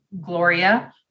Gloria